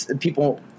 people